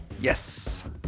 Yes